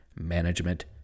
management